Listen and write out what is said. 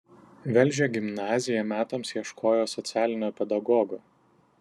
velžio gimnazija metams ieškojo socialinio pedagogo